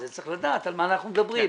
צריך לדעת על מה אנחנו מדברים.